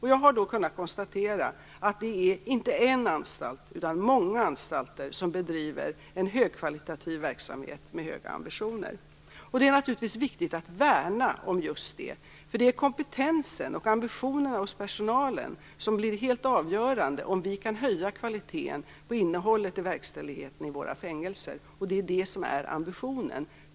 Jag har då kunnat konstatera att inte en utan många anstalter bedriver en högkvalitativ verksamhet och har höga ambitioner. Det är naturligtvis viktigt att värna om just detta. Det är kompetensen och ambitionerna hos personalen som blir helt avgörande för om vi kan höja kvaliteten på innehållet i verkställigheten i våra fängelser - det är ambitionen.